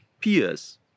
peers